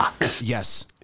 yes